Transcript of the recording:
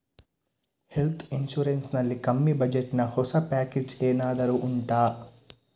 health insurance ನಲ್ಲಿ ಕಮ್ಮಿ budget ನ ಹೊಸ ಪ್ಯಾಕೇಜ್ ಏನಾದರೂ ಉಂಟಾ